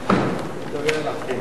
במועצה),